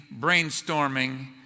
brainstorming